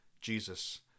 Jesus